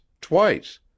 twice